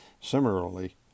Similarly